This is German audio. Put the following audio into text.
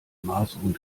maserung